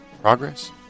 Progress